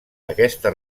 aquesta